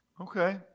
Okay